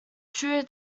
true